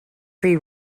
free